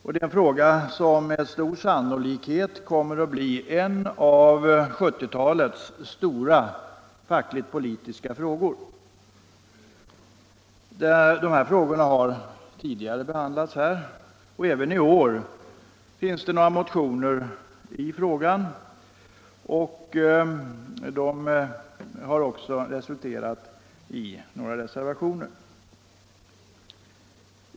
Det kommer med stor sannolikhet att bli en av 1970-talets stora fackligt-politiska frågor. Dessa spörsmål har tidigare behandlats i riksdagen, och även i år finns några motioner i frågan. Dessa motioner har också föranlett några reservationer.